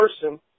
person